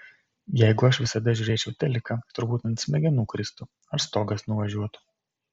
jeigu aš visada žiūrėčiau teliką turbūt ant smegenų kristų ar stogas nuvažiuotų